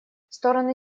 стороны